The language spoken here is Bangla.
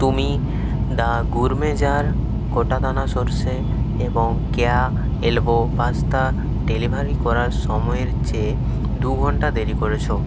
তুমি দ্য গুরমে জার গোটাদানা সরষে এবং কেয়া এলবো পাস্তা ডেলিভারি করার সময়ের চেয়ে দু ঘন্টা দেরি করেছ